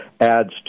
adds